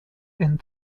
and